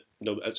no